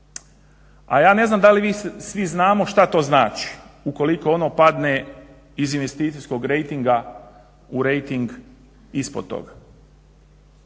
A ja ne znam da li mi svi znamo što to znači ukoliko ono padne iz investicijskog rejtinga u rejting ispod toga.